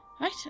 Right